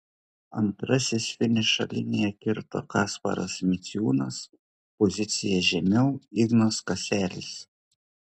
antrasis finišo liniją kirto kasparas miciūnas pozicija žemiau ignas kaselis